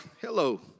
Hello